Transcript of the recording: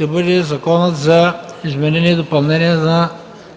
е Законопроект за изменение и допълнение на